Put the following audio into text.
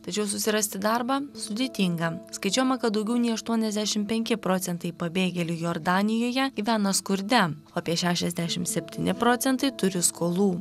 tačiau susirasti darbą sudėtinga skaičiuojama kad daugiau nei aštuoniasdešimt penki procentai pabėgėlių jordanijoje gyvena skurde o apie šešiasdešimt septyni procentai turi skolų